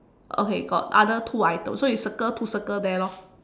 okay got other two items so you circle two circle there lor